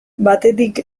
batetik